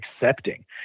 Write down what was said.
accepting